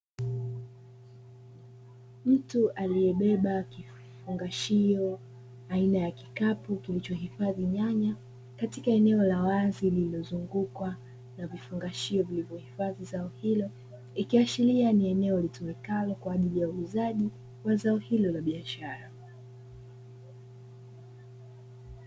Mtu aliyebeba kifungashio aina ya kikapu kilichohifadhi nyanya katika eneo la wazi lililozungukwa na vifungashio vilivyohifadhi zao hilo, ikiashiria ni eneo litumikalo kwa ajili ya uuzaji wa zao hilo la biashara.